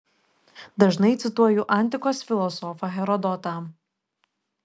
dažnai cituoju antikos filosofą herodotą